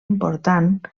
important